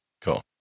Cool